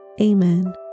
Amen